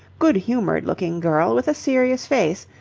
good-humoured looking girl with a serious face,